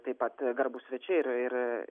taip pat garbūs svečiai ir ir